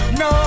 no